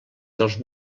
dels